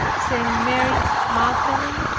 st. mary magdalene,